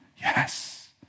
Yes